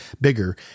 bigger